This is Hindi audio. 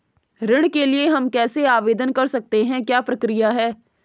ऋण के लिए हम कैसे आवेदन कर सकते हैं क्या प्रक्रिया है?